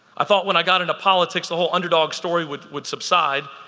i thought when i got into politics the whole underdog story would would subside.